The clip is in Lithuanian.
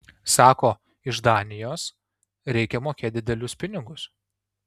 sako iš danijos reikia mokėt didelius pinigus